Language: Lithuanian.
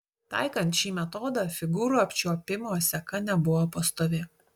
taikant šį metodą figūrų apčiuopimo seka nebuvo pastovi